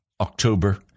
October